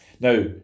Now